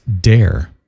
dare